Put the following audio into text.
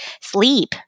sleep